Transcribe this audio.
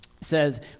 says